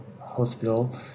Hospital